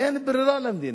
אין ברירה למדינה.